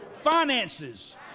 Finances